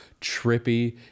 trippy